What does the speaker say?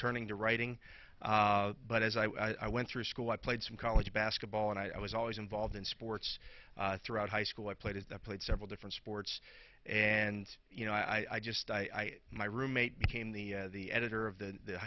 turning to writing but as i went through school i played some college basketball and i was always involved in sports throughout high school i played it played several different sports and you know i just i my roommate became the the editor of the